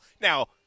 Now